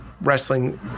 wrestling